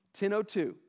10.02